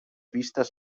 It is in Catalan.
vistes